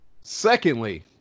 Secondly